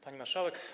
Pani Marszałek!